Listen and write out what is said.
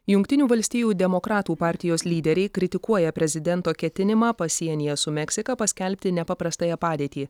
jungtinių valstijų demokratų partijos lyderiai kritikuoja prezidento ketinimą pasienyje su meksika paskelbti nepaprastąją padėtį